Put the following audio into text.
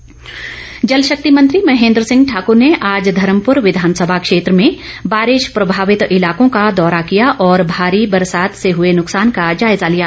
महेन्द्र सिंह जलशक्ति मंत्री महेन्द्र सिंह ठाकुर ने आज धर्मपुर विधानसभा क्षेत्र बारिश प्रभावित इलाकों का दौरा किया और भारी बरसात से हुए नुकसान का जायजा लिया